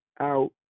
out